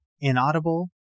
inaudible